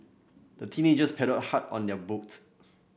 the teenagers paddled hard on their boat